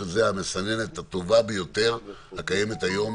שזו המסננת הטובה ביותר הקיימת היום